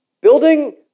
Building